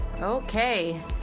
okay